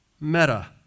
meta